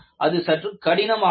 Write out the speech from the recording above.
அது சற்று கடினமானது